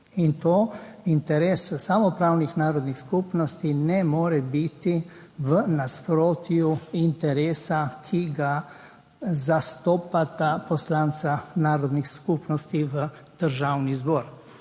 Interes samoupravnih narodnih skupnosti ne more biti v nasprotju interesa, ki ga zastopata poslanca narodnih skupnosti v Državnem zboru.